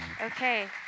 Okay